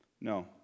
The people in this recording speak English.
No